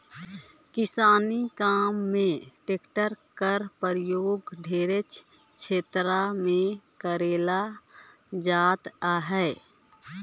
किसानी काम मे टेक्टर कर परियोग ढेरे छेतर मे करल जात अहे